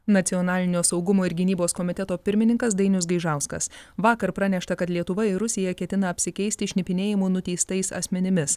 nacionalinio saugumo ir gynybos komiteto pirmininkas dainius gaižauskas vakar pranešta kad lietuva ir rusija ketina apsikeisti šnipinėjimu nuteistais asmenimis